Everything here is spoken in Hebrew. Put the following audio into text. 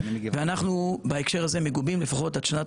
ואנחנו בהקשר הזה מגובים לפחות עד שנת